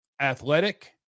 athletic